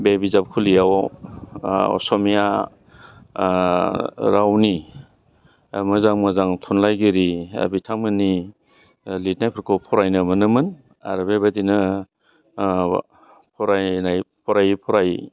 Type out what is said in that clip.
बे बिजाबखुलिआव असमिया रावनि मोजां मोजां थुनलाइगिरि बिथांमोननि लिरनायफोरखौ फरायनो मोनोमोन आरो बेबायदिनो फरायनाय फरायै फरायै